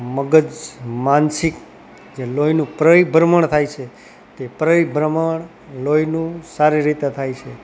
મગજ માનસિક જે જે લોહીનું પરિભ્રમણ થાય છે તે પરિભ્રમણ લોહીનું સારી રીતે થાય છે